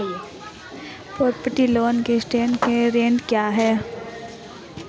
Property loan का interest rate क्या है?